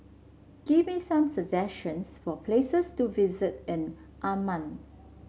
give me some suggestions for places to visit in Amman